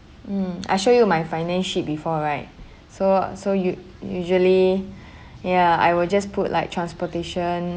mm I show you my finance sheet before right so so you usually ya I will just put like transportation